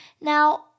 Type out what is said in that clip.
Now